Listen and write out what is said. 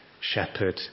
shepherd